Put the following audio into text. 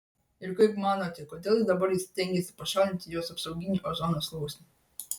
ir kaip manote kodėl dabar jis stengiasi pašalinti jos apsauginį ozono sluoksnį